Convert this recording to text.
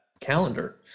calendar